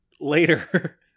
later